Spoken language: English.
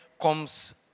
comes